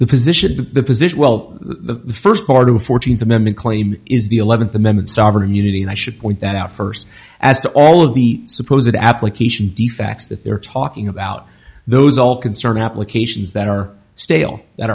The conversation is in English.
the position that the position well the first part of the fourteenth amendment claim is the eleventh the memmott sovereign immunity and i should point that out first as to all of the supposed applications defects that they're talking about those all concerned applications that are stale that